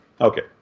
Okay